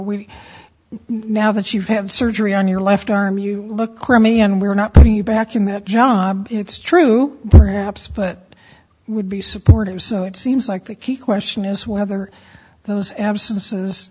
we now that you have surgery on your left arm you look crummy and we're not putting you back in that job it's true perhaps but would be supportive so it seems like the key question is whether those absences